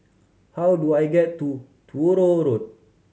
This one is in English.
how do I get to Truro Road